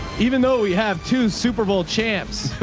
even though we have two superbowl champs,